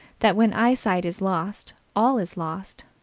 that when eyesight is lost, all is lost.